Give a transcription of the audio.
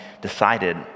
decided